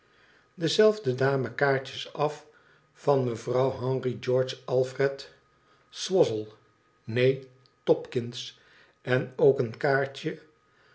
dezelfde dame kaartjes af van mevrouw henry george alfred swoshle née topkins en ook een kaartje